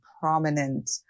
prominent